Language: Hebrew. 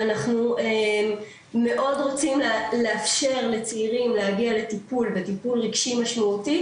ואנחנו מאוד רוצים לאפשר לצעירים להגיע לטיפול וטיפול רגשי משמעותי,